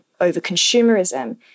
over-consumerism